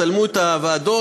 צלמו את הוועדות,